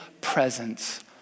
presence